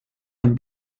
them